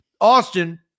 Austin